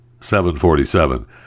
747